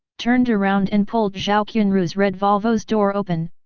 turned around and pulled zhao qianru's red volvo's door open,